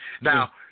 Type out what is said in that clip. Now